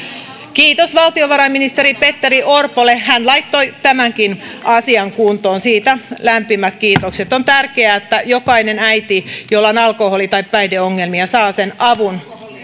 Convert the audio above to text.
kiitos valtiovarainministeri petteri orpolle hän laittoi tämänkin asian kuntoon siitä lämpimät kiitokset on tärkeää että jokainen äiti jolla on alkoholi tai päihdeongelmia saa sen avun